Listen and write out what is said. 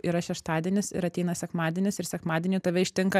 yra šeštadienis ir ateina sekmadienis ir sekmadienį tave ištinka